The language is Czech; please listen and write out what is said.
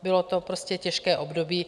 Bylo to prostě těžké období.